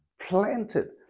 planted